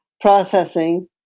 processing